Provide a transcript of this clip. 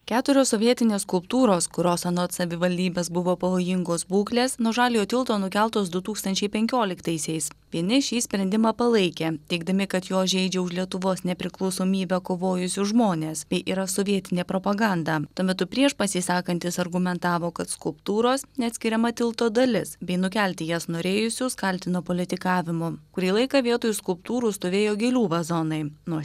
keturios sovietinės skulptūros kurios anot savivaldybės buvo pavojingos būklės nuo žaliojo tilto nukeltos du tūkstančiai penkioliktaisiais vieni šį sprendimą palaikė teigdami kad jos žeidžia už lietuvos nepriklausomybę kovojusius žmones bei yra sovietinė propaganda tuo metu prieš pasisakantys argumentavo kad skulptūros neatskiriama tilto dalis bei nukelti jas norėjusius kaltino politikavimu kurį laiką vietoj skulptūrų stovėjo gėlių vazonai nuo